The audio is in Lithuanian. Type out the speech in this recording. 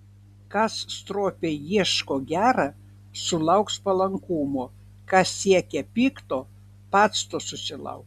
kas stropiai ieško gera sulauks palankumo kas siekia pikto pats to susilauks